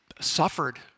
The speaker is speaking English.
suffered